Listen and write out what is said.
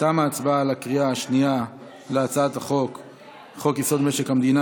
ההצבעה בקריאה שנייה על הצעת חוק-יסוד: משק המדינה